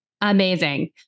Amazing